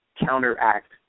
counteract